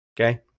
Okay